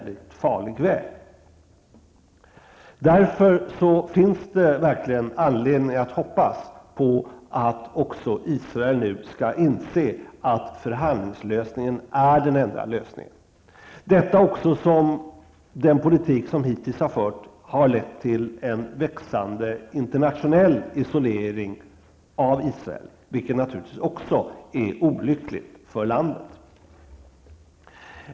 Därför finns det verkligen anledning att hoppas att också Israel nu skall inse att förhandlingslösningen är den enda lösningen, detta också på grund av att den politik som hittills har förts har lett till en växande internationell isolering av Israel, vilket naturligtvis också är olyckligt för landet.